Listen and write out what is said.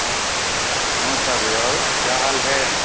हाँ नमस्कार भैया और क्या हाल है